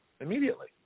immediately